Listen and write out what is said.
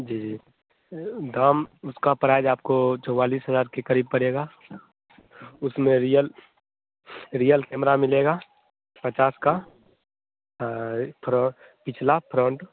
जी जी दाम उसका प्राइज आपको चौवालीस हज़ार के करीब पड़ेगा उसमें रियल रियल कैमरा मिलेगा पचास का थोड़ा पिछला फ्रन्ट